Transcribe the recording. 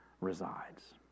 resides